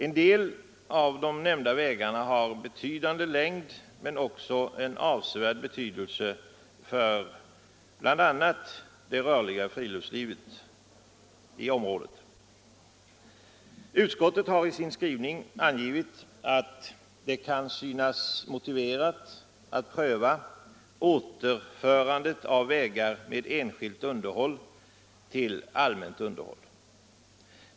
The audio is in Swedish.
En del av de nämnda vägarna har en betydande längd och även avsevärd betydelse bl.a. för det rörliga friluftslivet i området. Utskottet har i sin skrivning angivit att det kan synas motiverat att pröva återförandet av vägar med enskilt underhåll till allmänt underhåll.